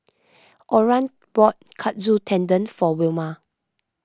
Oran bought Katsu Tendon for Wilma